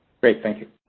great. thank you.